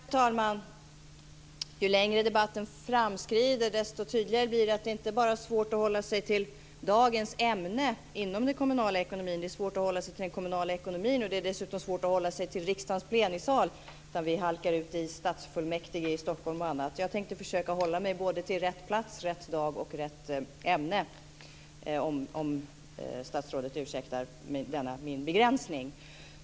Fru talman! Ju längre debatten framskrider, desto tydligare blir det att det inte bara är svårt att hålla sig till dagens ämne inom den kommunala ekonomin - det är också svårt att hålla sig till den kommunala ekonomin och det är dessutom svårt att hålla sig till riksdagens plenisal. Vi halkar i stället ut i stadsfullmäktige i Stockholm och annat. Jag tänkte försöka hålla mig till både rätt plats, rätt dag och rätt ämne - om statsrådet ursäktar mig denna min begränsning.